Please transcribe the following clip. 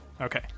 Okay